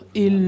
et